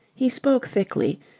he spoke thickly,